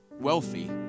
wealthy